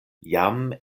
jam